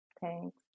Thanks